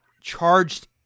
charged